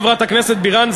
חברת הכנסת בירן,